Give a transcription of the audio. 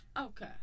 Okay